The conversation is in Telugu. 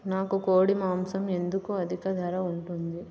నాకు కోడి మాసం ఎందుకు అధిక ధర ఉంటుంది?